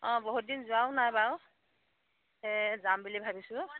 অঁ বহুত দিন যোৱাও নাই বাৰু সেয়ে যাম বুলি ভাবিছোঁ